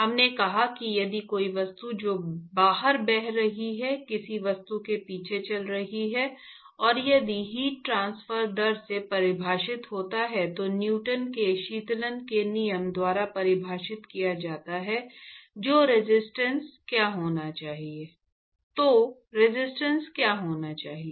हमने कहा कि यदि कोई वस्तु जो बाहर बह रही है किसी वस्तु के पीछे चल रही है और यदि हीट ट्रांसफर दर से परिभाषित होता है तो न्यूटन के शीतलन के नियम द्वारा परिभाषित किया जाता है तो रेजिस्टेंस क्या होना चाहिए